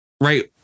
right